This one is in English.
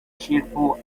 cheerful